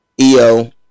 EO